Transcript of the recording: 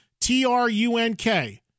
T-R-U-N-K